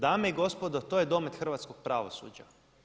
Dame i gospodo, to je domet hrvatskog pravosuđa.